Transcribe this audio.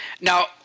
Now